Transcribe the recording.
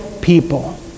people